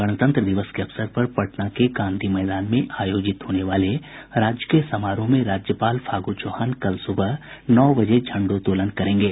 गणतंत्र दिवस के अवसर पर पटना के गांधी मैदान में आयोजित होने वाले राजकीय समारोह में राज्यपाल फागू चौहान कल सुबह नौ बजे झण्डोत्तोलन करेंगे